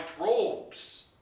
robes